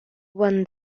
won